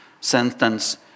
Sentence